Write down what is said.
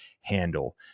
handle